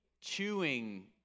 chewing